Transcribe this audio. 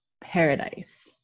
paradise